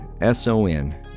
S-O-N